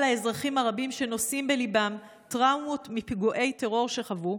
האזרחים הרבים שנושאים בליבם טראומות מפיגועי טרור שחוו,